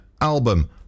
album